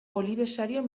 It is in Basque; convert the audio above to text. olibesario